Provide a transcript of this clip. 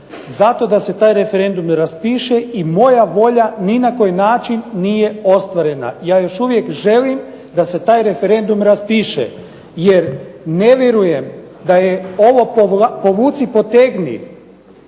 zato da se taj referendum ne raspiše i moja volja ni na koji način nije ostvarena. Ja još uvijek želim da se taj referendum raspiše, jer ne vjerujem da je ovo povuci potegni